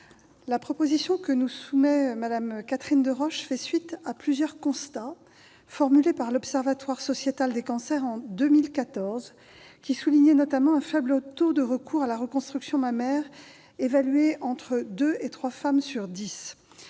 la proposition que nous soumet Mme Catherine Deroche fait suite à plusieurs constats formulés par l'Observatoire sociétal des cancers en 2014, qui soulignait notamment un faible taux de recours à la reconstruction mammaire, évalué entre deux et trois femmes sur dix.